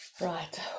Right